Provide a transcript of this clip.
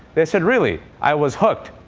they said really. i was hooked.